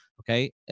Okay